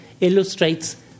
illustrates